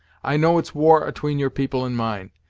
i know it's war atween your people and mine,